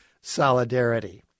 solidarity